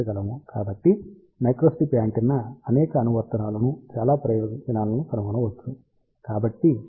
కాబట్టి microstrip antenna అనేక అనువర్తనాలను చాలా ప్రయోజనాలు కనుగొనవచ్చు